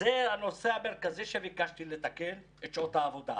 זה הנושא המרכזי שביקשתי לתקן, וזה שעות העבודה.